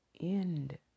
end